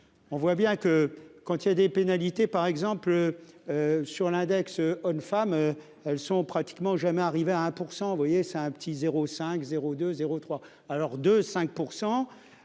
On voit bien que quand il y a des pénalités par exemple. Sur l'index, une femme. Elles sont pratiquement jamais arrivé à 1% vous voyez c'est un petit 0 5 0 2 0 3. Alors de 5%.